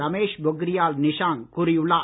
ரமேஷ் பொக்ரியால் நிஷாங்க் கூறியுள்ளார்